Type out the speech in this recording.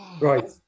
Right